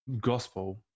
gospel